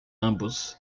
ambos